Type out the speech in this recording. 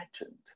Legend